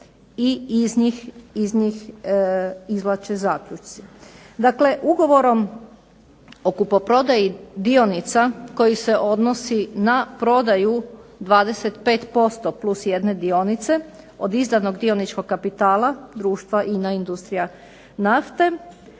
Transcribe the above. i iz njih izvlače zaključci. Dakle, ugovorom o kupoprodaji dionica koji se odnosi na prodaju 25% plus jedne dionice od izdanog dioničkog kapitala društva INA industrija nafte